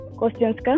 questions